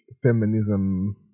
feminism